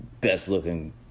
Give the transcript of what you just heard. best-looking